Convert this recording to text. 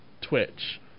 Twitch